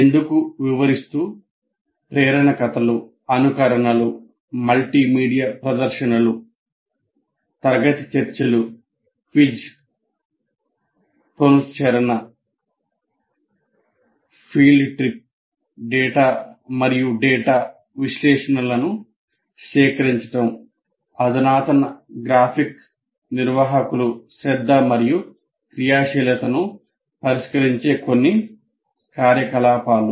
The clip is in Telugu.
ఎందుకు వివరిస్తూ ప్రేరణ కథలు అనుకరణలు మల్టీమీడియా ప్రదర్శనలు తరగతి చర్చలు క్విజ్ పునశ్చరణ ఫీల్డ్ ట్రిప్ డేటా మరియు డేటా విశ్లేషణలను సేకరించడం అధునాతన గ్రాఫిక్ నిర్వాహకులు శ్రద్ధ మరియు క్రియాశీలతను పరిష్కరించే కొన్ని కార్యకలాపాలు